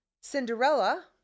Cinderella